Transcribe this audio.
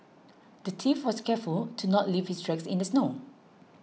the thief was careful to not leave his tracks in the snow